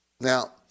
Now